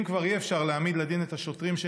אם כבר אי-אפשר להעמיד לדין את השוטרים,